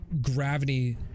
gravity